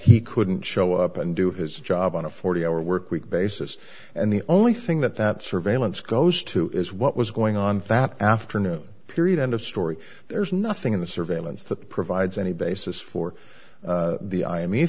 he couldn't show up and do his job on a forty hour work week basis and the only thing that that surveillance goes to is what was going on that afternoon period end of story there's nothing in the surveillance that provides any basis for the i